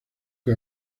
que